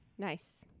Nice